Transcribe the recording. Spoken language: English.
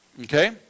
Okay